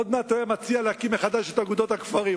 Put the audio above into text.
עוד מעט הוא היה מציע להקים מחר את "אגודות הכפרים",